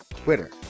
Twitter